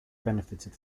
benefited